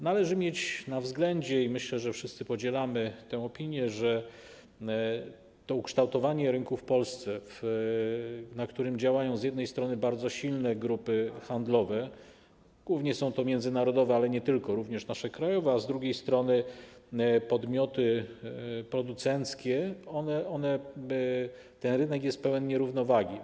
Należy mieć na względzie, i myślę, że wszyscy podzielamy tę opinię, że jeśli chodzi o ukształtowanie rynku w Polsce, na którym działają z jednej strony bardzo silne grupy handlowe, głównie międzynarodowe, ale nie tylko, również nasze, krajowe, a z drugiej strony podmioty producenckie, to jest ono pełne nierówności, cechuje je nierównowaga.